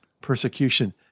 persecution